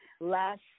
last